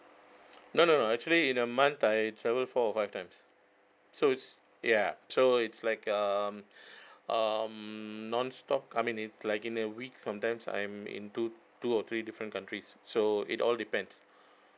no no no actually in a month I travel four or five times so it's ya so it's like um um nonstop I mean it's like in a week sometimes I may in two two or three different countries so it all depends